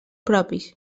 propis